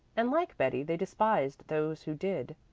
and like betty they despised those who did.